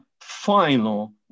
final